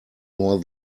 more